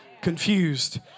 confused